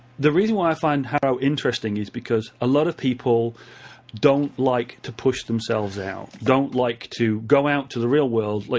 the reason why i find haro interesting is because a lot of people don't like to push themselves out, don't like to go out to the real world. like